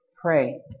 pray